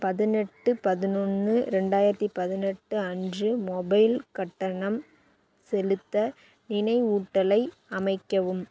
பதினெட்டு பதினொன்னு ரெண்டாயிரத்தி பதினெட்டு அன்று மொபைல் கட்டணம் செலுத்த நினைவூட்டலை அமைக்கவும்